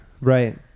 Right